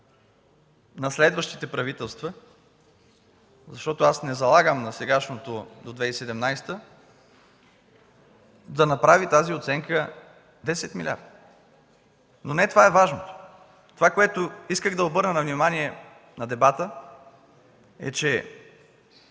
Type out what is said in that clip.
на следващите правителства – защото аз не залагам на сегашното до 2017 г., да направи тази оценка 10 милиарда, но не това е важното. Това, на което исках да обърна внимание в дебата, е, че